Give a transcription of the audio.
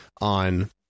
on